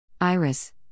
Iris